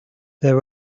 there